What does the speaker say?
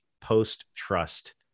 post-trust